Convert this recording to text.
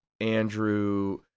Andrew